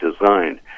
designed